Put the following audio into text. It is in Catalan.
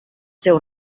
seus